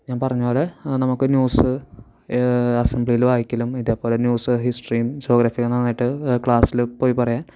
ഞാൻ പറഞ്ഞതു പോലെ നമുക്ക് ന്യൂസ് അസംബ്ലിയിൽ വായിക്കലും ഇതേപോലെ ന്യൂസ് ഹിസ്റ്ററിയും ജോഗ്രഫിയും നന്നായിട്ട് ക്ലാസ്സിൽ പോയി പറയാൻ